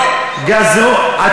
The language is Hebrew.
גזרו להם את הפאות?